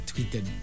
tweeted